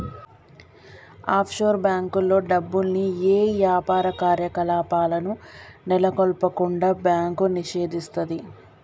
offshore బ్యేంకుల్లో డబ్బుల్ని యే యాపార కార్యకలాపాలను నెలకొల్పకుండా బ్యాంకు నిషేధిస్తది